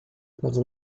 pode